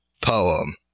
poem